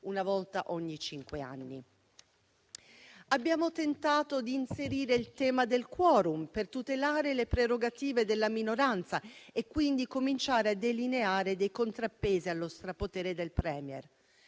una volta ogni cinque anni. Abbiamo tentato di inserire il tema del *quorum* per tutelare le prerogative della minoranza e quindi cominciare a delineare dei contrappesi allo strapotere del *Premier*.